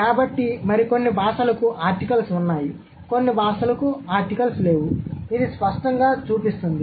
కాబట్టి మరికొన్ని భాషలకు ఆర్టికల్స్ ఉన్నాయి కొన్ని భాషలకు లేవు ఇది స్పష్టంగా చూపిస్తుంది